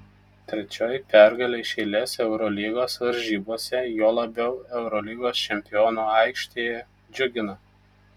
trečioji pergalė iš eilės eurolygos varžybose juo labiau eurolygos čempionų aikštėje džiugina